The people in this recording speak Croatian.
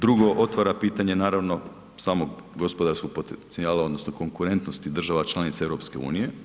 Drugo, otvara pitanja naravno samo gospodarskog potencijala odnosno konkurentnosti država članica EU.